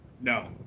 No